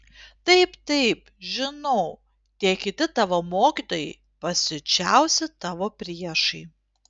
taip taip žinau tie kiti tavo mokytojai pasiučiausi tavo priešai